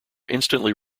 instantly